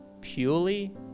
purely